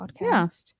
podcast